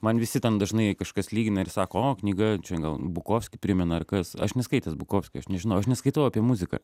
man visi ten dažnai kažkas lygina ir sako o knyga čia gal bukovskį primena ar kas aš neskaitęs bukovskio aš nežinau aš neskaitau apie muziką